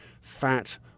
fat